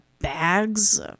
bags